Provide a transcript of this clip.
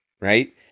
right